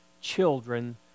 children